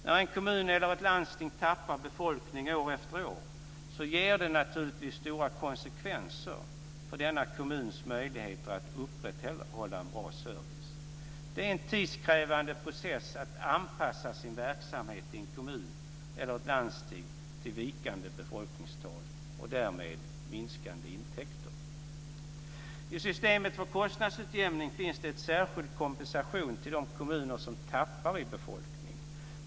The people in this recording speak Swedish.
När en kommun eller ett landsting tappar befolkning år efter år ger det naturligtvis stora konsekvenser för denna kommuns möjligheter att upprätthålla en bra service. Det är en tidskrävande process att anpassa sin verksamhet i en kommun eller ett landsting till vikande befolkningstal och därmed minskande intäkter. I systemet för kostnadsutjämning finns det en särskild kompensation till de kommuner som tappar i befolkning.